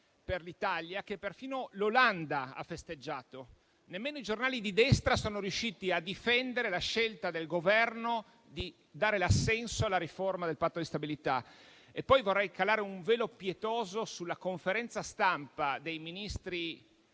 per l'Italia che perfino l'Olanda ha festeggiato. Nemmeno i giornali di destra sono riusciti a difendere la scelta del Governo di dare l'assenso alla riforma del Patto di stabilità. Vorrei poi calare un velo pietoso sulla conferenza stampa dei Ministri